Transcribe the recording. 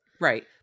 Right